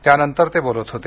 त्यानंतर ते बोलत होते